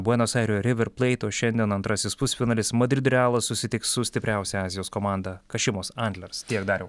buenos airių river pleit o šiandien antrasis pusfinalis madrido realas susitiks su stipriausia azijos komanda kašimos antlers tiek dariau